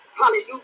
Hallelujah